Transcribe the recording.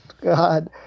God